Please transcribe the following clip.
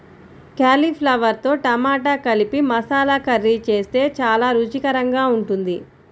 కాలీఫ్లవర్తో టమాటా కలిపి మసాలా కర్రీ చేస్తే చాలా రుచికరంగా ఉంటుంది